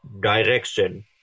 direction